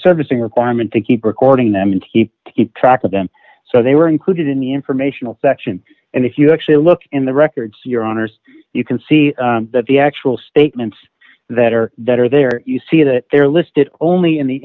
servicing requirement to keep recording them and keep keep track of them so they were included in the informational section and if you actually look in the records your honour's you can see that the actual statements that are that are there you see that they're listed only in the